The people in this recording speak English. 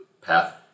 path